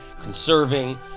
conserving